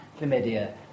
chlamydia